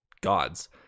gods